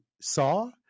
saw